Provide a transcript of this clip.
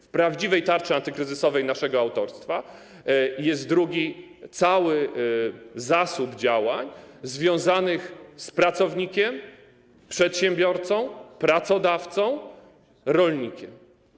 W prawdziwej tarczy antykryzysowej naszego autorstwa jest drugi cały zasób działań związanych z pracownikiem, przedsiębiorcą, pracodawcą, rolnikiem.